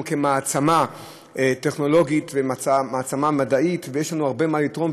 כמעצמה טכנולוגית ומעצמה מדעית ויש לנו הרבה מה לתרום,